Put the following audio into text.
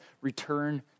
return